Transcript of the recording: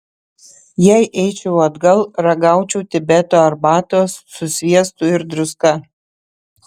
jei eičiau atgal ragaučiau tibeto arbatos su sviestu ir druska